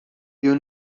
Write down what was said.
you